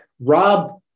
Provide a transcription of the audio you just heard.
Rob